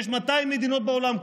יש 200 מדינות בעולם,